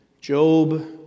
Job